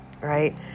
right